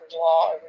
law